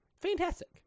Fantastic